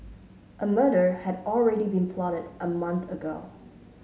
a murder had already been plotted a month ago